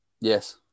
yes